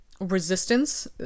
resistance